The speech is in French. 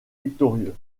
victorieux